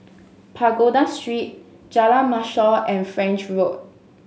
Pagoda Street Jalan Mashor and French Road